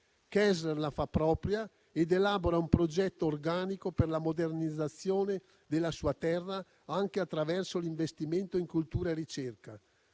Kessler la fa propria ed elabora un progetto organico per la modernizzazione della sua terra, anche attraverso l'investimento in cultura e ricerca.